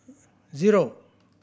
zero